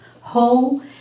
whole